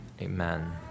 amen